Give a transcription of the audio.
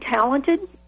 talented